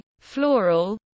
floral